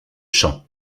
champs